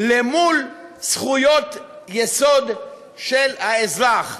אל מול זכויות יסוד של האזרח?